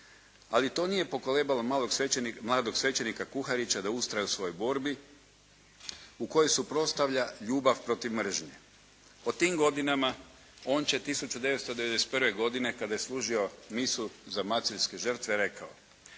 Ali to nije pokolebalo mladog svećenika Kuharića da ustraje u svojoj borbi u kojoj suprotstavlja ljubav protiv mržnje. O tim godinama on će 1991. godine kada je služio misu za maceljske žrtve rekao: